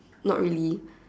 not really